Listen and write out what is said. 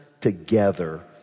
together